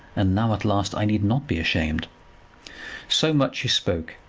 and now at last i need not be ashamed so much she spoke,